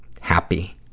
happy